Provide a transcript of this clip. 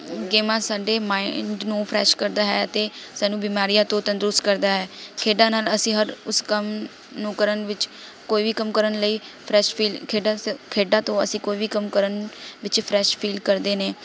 ਗੇਮਾਂ ਸਾਡੇ ਮਾਈਂਡ ਨੂੰ ਫਰੈਸ਼ ਕਰਦਾ ਹੈ ਅਤੇ ਸਾਨੂੰ ਬਿਮਾਰੀਆਂ ਤੋਂ ਤੰਦਰੁਸਤ ਕਰਦਾ ਹੈ ਖੇਡਾਂ ਨਾਲ਼ ਅਸੀਂ ਹਰ ਉਸ ਕੰਮ ਨੂੰ ਕਰਨ ਵਿੱਚ ਕੋਈ ਵੀ ਕੰਮ ਕਰਨ ਲਈ ਫਰੈਸ਼ ਫੀਲ ਖੇਡਾਂ ਖੇਡਾਂ ਤੋਂ ਅਸੀਂ ਕੋਈ ਵੀ ਕੰਮ ਕਰਨ ਵਿੱਚ ਫਰੈਸ਼ ਫੀਲ ਕਰਦੇ ਨੇ